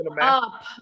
up